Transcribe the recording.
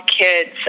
kids